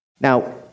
Now